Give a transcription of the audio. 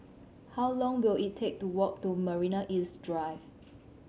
how long will it take to walk to Marina East Drive